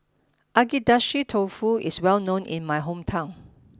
Agedashi Dofu is well known in my hometown